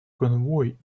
конвой